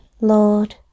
Lord